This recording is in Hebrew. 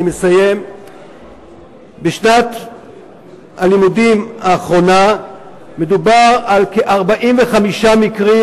נמסר כי בשנת הלימודים האחרונה מדובר על כ-45 מקרים,